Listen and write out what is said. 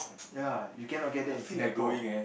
ya you cannot get that in Singapore